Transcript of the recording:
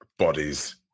Bodies